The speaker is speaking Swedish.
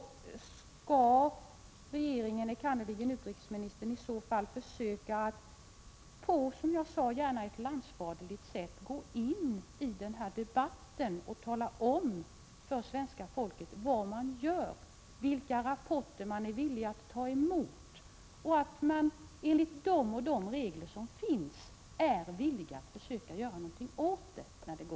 Skall regeringen, enkannerligen utrikesministern, i så fall försöka att, som jag sade, på ett landsfaderligt sätt gå in i debatten och tala om för svenska folket vad man gör, vilka rapporter man är villig att ta emot och att man är beredd att i enlighet med de regler som finns försöka göra någonting åt saken?